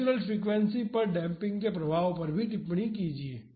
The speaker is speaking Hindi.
नेचुरल फ्रीक्वेंसी पर डेम्पिंग के प्रभाव पर टिप्पणी कीजिए